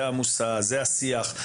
זה המושא וזה השיח.